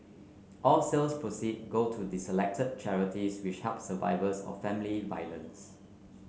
all sales proceed go to selected charities which help survivors of family violence